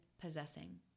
possessing